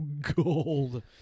gold